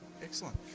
Excellent